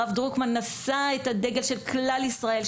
הרב דרוקמן נשא את הדגל של כלל ישראל,